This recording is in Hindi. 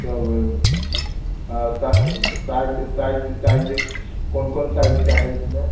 सब हाँ साईज साईज साईज कौन कौन साइज का है इसमें